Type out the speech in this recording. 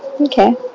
Okay